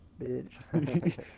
bitch